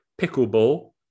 pickleball